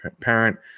parent